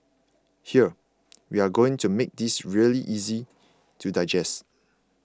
here we are going to make this really easy to digest